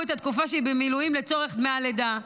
את התקופה שהיא במילואים לצורך דמי הלידה.